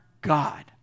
God